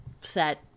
set